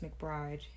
McBride